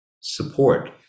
support